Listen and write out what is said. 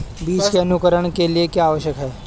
बीज के अंकुरण के लिए क्या आवश्यक है?